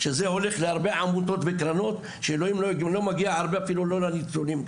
שהולך להרבה עמותות וקרנות ואפילו לא מגיע הרבה לניצולים.